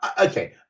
Okay